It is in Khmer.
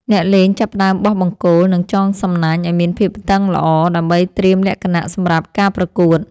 អ្នកលេងចាប់ផ្ដើមបោះបង្គោល និងចងសំណាញ់ឱ្យមានភាពតឹងល្អ ដើម្បីត្រៀមលក្ខណៈសម្រាប់ការប្រកួត។